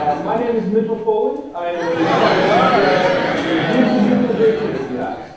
ah my name is mitchell foley. i am a software engineer on the google visualization api.